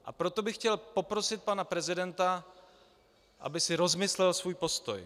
A proto bych chtěl poprosit pana prezidenta, aby si rozmyslel svůj postoj.